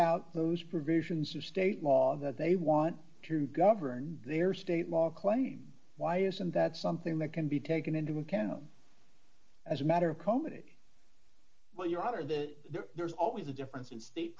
out those provisions of state law that they want to govern their state law claim why isn't that something that can be taken into account as a matter of comedy well your honor the there there's always a difference in state